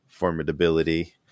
formidability